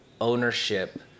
ownership